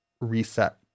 reset